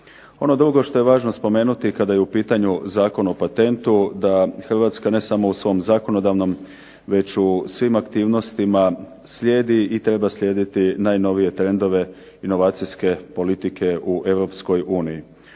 Ono drugo što je važno spomenuti kada je u pitanju Zakon o patentu da Hrvatska ne samo u svom zakonodavnom već u svim aktivnostima slijedi i treba slijediti najnovije trendove inovacijske politike u EU.